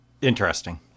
interesting